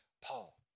Paul